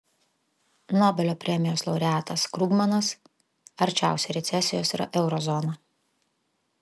nobelio premijos laureatas krugmanas arčiausiai recesijos yra euro zona